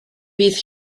bydd